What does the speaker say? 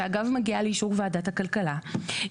שמגיעה לאישור ועדת הכלכלה,